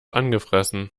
angefressen